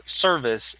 service